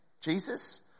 Jesus